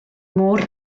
mor